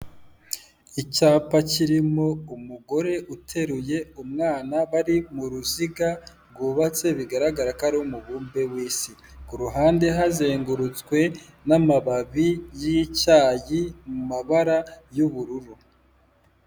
Icyapa kirimo umugore uteruye umwana bari mu ruziga rwubatse bigaragara ko ari umubumbe w'isi. Ku ruhande hazengurutswe n'amababi y'icyayi mu mabara y'ubururu.